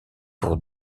pour